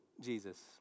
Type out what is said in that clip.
Jesus